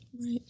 Right